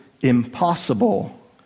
impossible